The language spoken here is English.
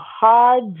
hard